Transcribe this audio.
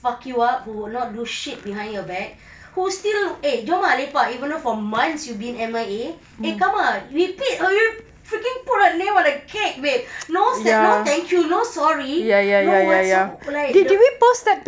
fuck you up who would not do shit behind your back who still eh jom ah lepak even though for months you been M_I_A eh come ah we pick for you freaking put her name on a cake babe no no thank you no sorry no what sort like